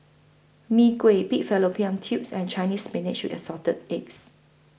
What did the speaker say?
Mee Kuah Pig Fallopian Tubes and Chinese Spinach with Assorted Eggs